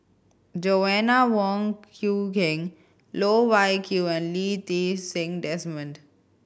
Joanna Wong Quee Heng Loh Wai Kiew and Lee Ti Seng Desmond